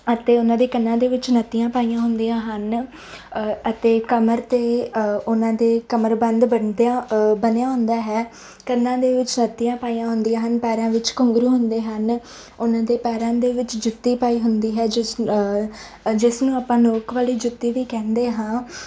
ਅਤੇ ਉਹਨਾਂ ਦੇ ਕੰਨਾਂ ਦੇ ਵਿੱਚ ਨੱਤੀਆਂ ਪਾਈਆਂ ਹੁੰਦੀਆਂ ਹਨ ਅਤੇ ਕਮਰ 'ਤੇ ਉਹਨਾਂ ਦੇ ਕਮਰਬੰਦ ਬੰਨ੍ਹਿਆਂ ਬੰਨ੍ਹਿਆਂ ਹੁੰਦਾ ਹੈ ਕੰਨਾਂ ਦੇ ਵਿੱਚ ਨੱਤੀਆਂ ਪਾਈਆਂ ਹੁੰਦੀਆਂ ਹਨ ਪੈਰਾਂ ਵਿੱਚ ਘੁੰਗਰੂ ਹੁੰਦੇ ਹਨ ਉਹਨਾਂ ਦੇ ਪੈਰਾਂ ਦੇ ਵਿੱਚ ਜੁੱਤੀ ਪਾਈ ਹੁੰਦੀ ਹੈ ਜਿਸ ਜਿਸ ਨੂੰ ਆਪਾਂ ਨੋਕ ਵਾਲੀ ਜੁੱਤੀ ਵੀ ਕਹਿੰਦੇ ਹਾਂ